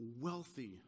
Wealthy